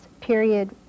period